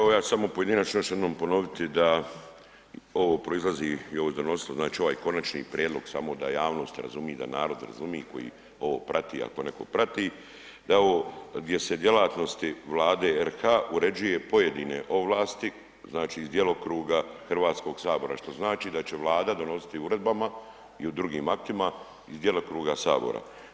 Evo ja ću samo pojedinačno još jednom ponoviti da ovo proizlazi i ovo se donosilo znači ovaj konačni prijedlog samo da javnost razumije, da narod razumi koji ovo prati ako neko prati, da je ovo gdje se djelatnosti Vlade RH uređuje pojedine ovlasti iz djelokruga Hrvatskog sabora, što znači da će Vlada donositi uredbama i u drugim aktima iz djelokruga Sabora.